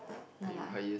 ya